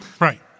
right